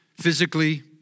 physically